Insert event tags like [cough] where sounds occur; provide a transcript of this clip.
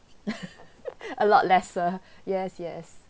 [laughs] a lot lesser yes yes